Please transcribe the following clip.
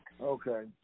Okay